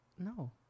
No